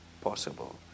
possible